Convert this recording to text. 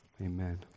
Amen